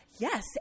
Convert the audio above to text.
Yes